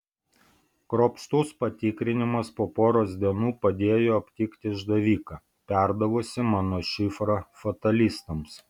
kruopštus patikrinimas po poros dienų padėjo aptikti išdaviką perdavusi mano šifrą fatalistams